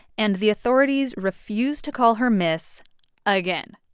and the authorities refuse to call her miss again.